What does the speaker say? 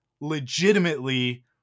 legitimately